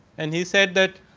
and he said that,